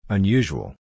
Unusual